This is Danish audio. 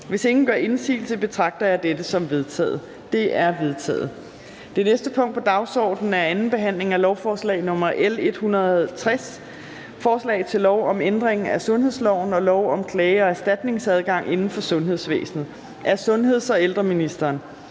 Hvis ingen gør indsigelse, betragter jeg dette som vedtaget. Det er vedtaget. --- Det næste punkt på dagsordenen er: 32) 2. behandling af lovforslag nr. L 160: Forslag til lov om ændring af sundhedsloven og lov om klage- og erstatningsadgang inden for sundhedsvæsenet. (Vederlagsfri